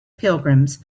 pilgrims